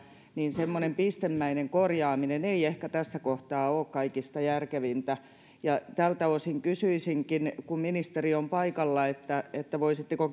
niin semmoinen pistemäinen korjaaminen ei ehkä tässä kohtaa ole kaikista järkevintä tältä osin kysyisinkin kun ministeri on paikalla voisitteko